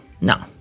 No